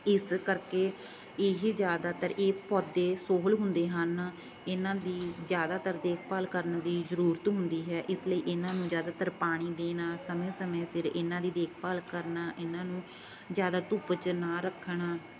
ਇਸ ਕਰਕੇ ਇਹੀ ਜ਼ਿਆਦਾਤਰ ਇਹ ਪੌਦੇ ਸੋਹਲ ਹੁੰਦੇ ਹਨ ਇਹਨਾਂ ਦੀ ਜ਼ਿਆਦਾਤਰ ਦੇਖਭਾਲ ਕਰਨ ਦੀ ਜ਼ਰੂਰਤ ਹੁੰਦੀ ਹੈ ਇਸ ਲਈ ਇਹਨਾਂ ਨੂੰ ਜ਼ਿਆਦਾਤਰ ਪਾਣੀ ਦੇਣਾ ਸਮੇਂ ਸਮੇਂ ਸਿਰ ਇਹਨਾਂ ਦੀ ਦੇਖਭਾਲ ਕਰਨਾ ਇਹਨਾਂ ਨੂੰ ਜ਼ਿਆਦਾ ਧੁੱਪ 'ਚ ਨਾ ਰੱਖਣਾ